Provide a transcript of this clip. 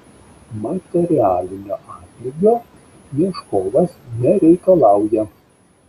materialinio atlygio ieškovas nereikalauja